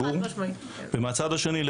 והשנייה,